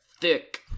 thick